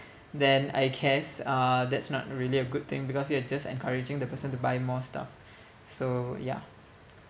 then I guess uh that's not really a good thing because you are just encouraging the person to buy more stuff so ya